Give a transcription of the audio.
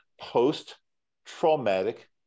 post-traumatic